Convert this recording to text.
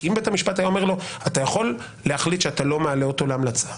אם בית המשפט היה אומר לו: אתה יכול להחליט שאתה לא מעלה אותו להמלצה,